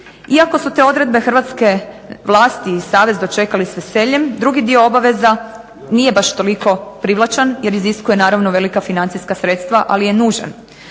Iako su te odredbe hrvatske vlasti i savez dočekali s veseljem, drugi dio obaveza nije baš toliko privlačan jer iziskuje naravno velika financijska sredstva, ali je nužan.